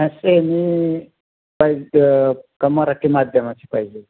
हा शेमी मी पाहिजे क मराठी माध्यमाची पाहिजे